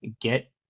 get